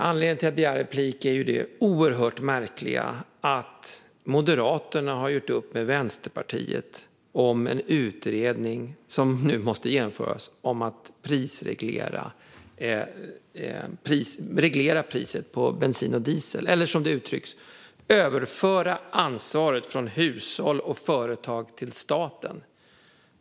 Anledningen till att jag begärde replik är det oerhört märkliga att Moderaterna har gjort upp med Vänsterpartiet om en utredning, som nu måste genomföras, om att reglera priset på bensin och diesel eller, som det uttrycks, om att överföra ansvaret från hushåll och företag till staten.